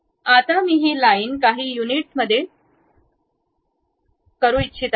आता मी ही लाइन काही units युनिटमध्ये ठीक करू इच्छित आहे